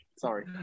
Sorry